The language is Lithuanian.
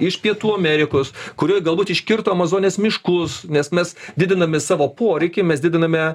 iš pietų amerikos kurioj galbūt iškirto amazonės miškus nes mes didiname savo poreikį mes didiname